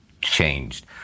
changed